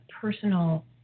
personal